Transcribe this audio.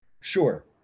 Sure